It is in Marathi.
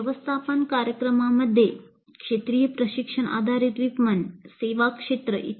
व्यवस्थापन कार्यक्रमांमध्ये क्षेत्रीय प्रशिक्षण आधारित विपणन सेवा क्षेत्र इ